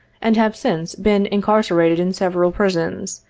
and have since been incarcerated in several prisons,